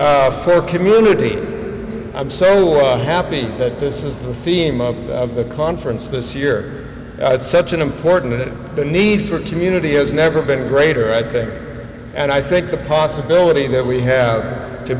hope for community i'm so happy that this is the theme of the conference this year it's such an important the need for community has never been greater i think and i think the possibility that we have to